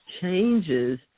changes